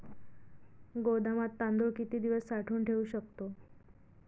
गोदामात तांदूळ किती दिवस साठवून ठेवू शकतो?